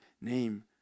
name